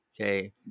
okay